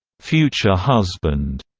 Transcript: future husband,